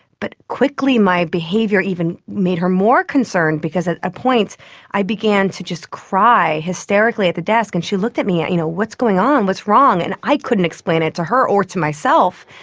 but quickly my behaviour even made her more concerned because at a point i began to just cry hysterically at the desk. and she looked at me, you know what's going on, what's wrong? and i couldn't explain it to her or to myself.